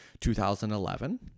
2011